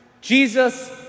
Jesus